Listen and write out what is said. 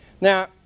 Now